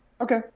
Okay